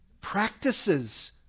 Practices